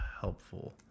helpful